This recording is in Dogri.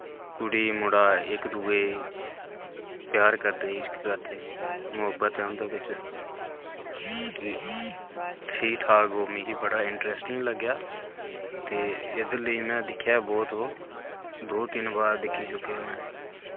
कुड़ी मुड़ा इक दूए प्यार करदे इश्क करदे मोहब्बत ऐ उंदे बिच ते ठीक ठाक ओह् मिगी बड़ा इंटरेस्टिंग लग्गेया ते एह्दे लेई में दिक्खेया बोह्त ओह् दो तिन्न बार दिक्खी चुकेआ में